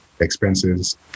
expenses